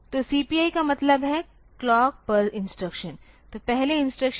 तो CPI का मतलब है क्लॉक्स पैर इंस्ट्रक्शन